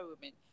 women